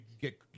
get